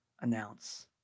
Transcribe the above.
announce